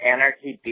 Anarchy